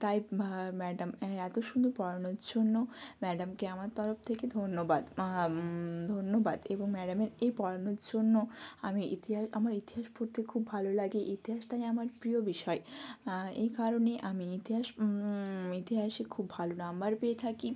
তাই ভা ম্যাডাম মানে এতো সুন্দর পড়ানোর জন্য ম্যাডামকে আমার তরফ থেকে ধন্যবাদ ধন্যবাদ এবং ম্যাডামের এই পড়ানোর জন্য আমি ইতিহাস আমার ইতিহাস পড়তে খুব ভালো লাগে ইতিহাস তাই আমার প্রিয় বিষয় এই কারণে আমি ইতিহাস ইতিহাসে খুব ভালো নম্বর পেয়ে থাকি